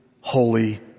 holy